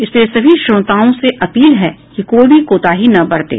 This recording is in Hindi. इसलिए सभी श्रोताओं से अपील है कि कोई भी कोताही न बरतें